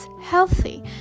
healthy